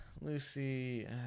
Lucy